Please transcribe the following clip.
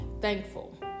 thankful